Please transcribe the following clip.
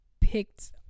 picked